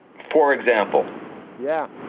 for example yeah.